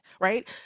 right